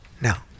now